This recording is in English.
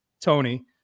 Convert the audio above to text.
Tony